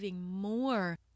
more